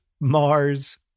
Mars